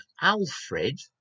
Alfred